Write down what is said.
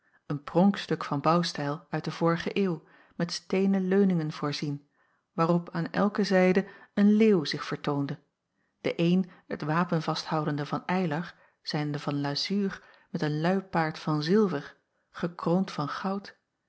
een pronkstuk van bouwstijl uit de vorige eeuw met steenen leuningen voorzien waarop aan elke zijde een leeuw zich vertoonde de een het wapen vasthoudende van eylar zijnde van lazuur met een luipaard van zilver gekroond van goud